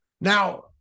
Now